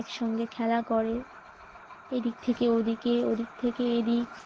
একসঙ্গে খেলা করে এদিক থেকে ওদিকে ওদিক থেকে এদিক